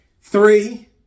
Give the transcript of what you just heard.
Three